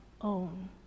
own